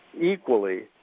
equally